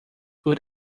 would